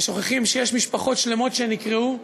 ושוכחים שיש משפחות שלמות שנקרעו,